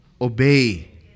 Obey